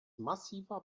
massiver